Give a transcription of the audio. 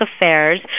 Affairs